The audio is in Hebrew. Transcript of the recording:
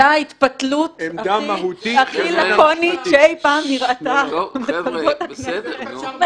זאת הייתה התפתלות הכי לקונית שאי שפעם נראתה בתולדות הכנסת.